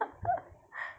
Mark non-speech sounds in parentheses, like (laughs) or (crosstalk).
(laughs)